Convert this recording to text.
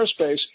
airspace